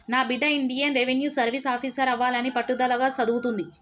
నా బిడ్డ Indian revenue service officer అవ్వాలని పట్టుదలగా సదువుతుంది